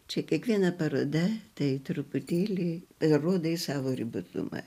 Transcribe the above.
čia kiekviena paroda tai truputėlį rodai savo ribotumą